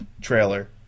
trailer